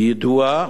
יידוע,